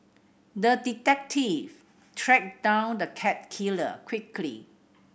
the detective tracked down the cat killer quickly